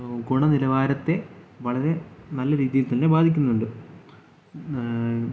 ഗുണനിലവാരത്തെ വളരെ നല്ല രീതിയിൽ തന്നെ ബാധിക്കുന്നുണ്ട്